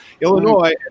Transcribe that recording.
illinois